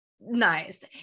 nice